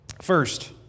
First